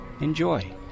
Enjoy